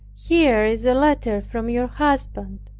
here is a letter from your husband,